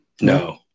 No